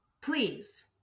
please